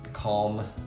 calm